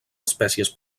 espècies